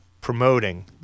promoting